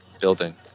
building